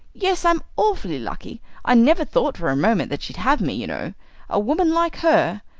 yes, i'm awfully lucky i never thought for a moment that she'd have me, you know a woman like her,